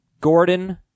Gordon